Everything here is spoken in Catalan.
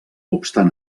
obstant